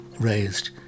raised